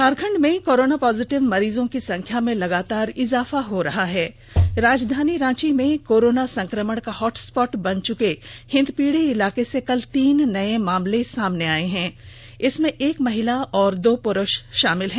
झारखंड में corona positive मरीजों की संख्या में लगातार इजाफा हो रहा है राजधानी रांची में कोरोना संक्रमण का हॉटस्पॉट बन चुके हिंदपीढ़ी इलाके से कल तीन नए मामले सामने आए हैं इसमें एक महिला और दो पुरूष शामिल हैं